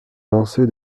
lancer